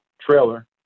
trailer